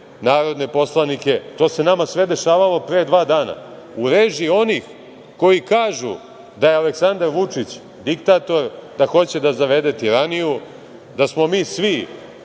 narodne poslanike. To se nama dešavalo pre dva dana u režiji onih koji kažu da je Aleksandar Vučić diktator, da hoće da zavede tiraniju, da smo mi svi